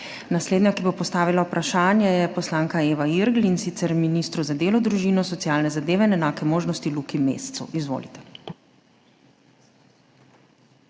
Naslednja, ki bo postavila vprašanje, je poslanka Eva Irgl, in sicer ministru za delo, družino, socialne zadeve in enake možnosti Luki Mescu. Izvolite.